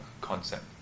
concept